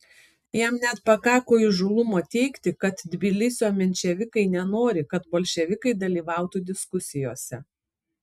jam net pakako įžūlumo teigti kad tbilisio menševikai nenori kad bolševikai dalyvautų diskusijose